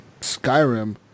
Skyrim